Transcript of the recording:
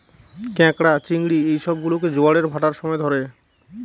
ক্যাঁকড়া, চিংড়ি এই সব গুলোকে জোয়ারের ভাঁটার সময় ধরে